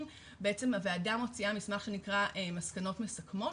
הוועדה מוציאה מסמך שנקרא 'מסקנות מסכמות'